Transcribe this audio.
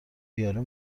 یارو